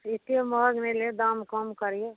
एतेक महग नहि लेब दाम कम करियौ